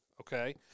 Okay